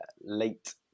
late